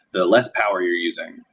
the less power you're using.